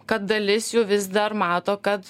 kad dalis jų vis dar mato kad